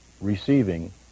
receiving